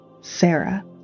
Sarah